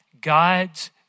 God's